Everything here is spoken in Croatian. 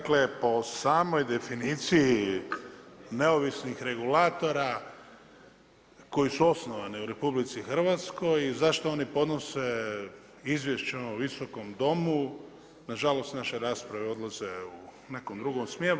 Dakle po samoj definiciji neovisnih regulatora koji su osnovani u RH i zašto oni podnose izvješće ovom Visokom domu na žalost naše rasprave odlaze u nekom drugom smjeru.